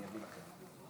הרוב לא קבע את זה.